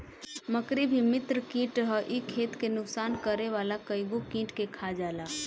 मकड़ी भी मित्र कीट हअ इ खेत के नुकसान करे वाला कइगो कीट के खा जाला